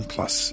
Plus